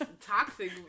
Toxic